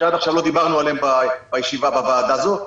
שעד עכשיו לא דיברנו עליהם בישיבה בוועדה הזו,